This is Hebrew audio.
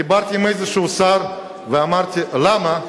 דיברתי עם איזה שר ואמרתי: למה?